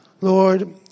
Lord